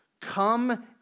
come